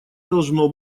должно